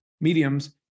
mediums